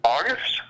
August